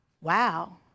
wow